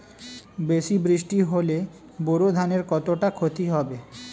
বেশি বৃষ্টি হলে বোরো ধানের কতটা খতি হবে?